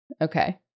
Okay